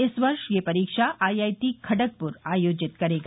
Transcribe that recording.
इस वर्ष यह परीक्षा आईआईटी खड़गपुर आयोजित करेगा